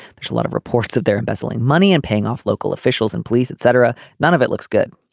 there's a lot of reports of their embezzling money and paying off local officials and police etc. none of it looks good.